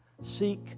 Seek